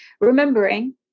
remembering